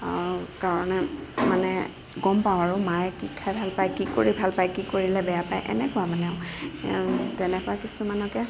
কাৰণে মানে গম পাওঁ আৰু মায়ে কি খাই ভাল পায় কি কৰি ভাল পায় কি কৰিলে বেয়া পায় এনেকুৱা মানে তেনেকুৱা কিছুমানকে